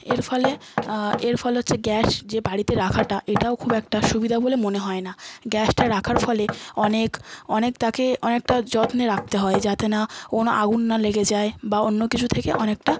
এর ফলে এর ফলে হচ্ছে গ্যাস যে বাড়িতে রাখাটা এটাও খুব একটা সুবিধা বলে মনে হয় না গ্যাসটা রাখার ফলে অনেক অনেক তাকে অনেকটা যত্নে রাখতে হয় যাতে না কোনো আগুন না লেগে যায় বা অন্য কিছু থেকে অনেকটা